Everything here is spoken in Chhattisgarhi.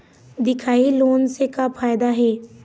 दिखाही लोन से का फायदा हे?